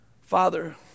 Father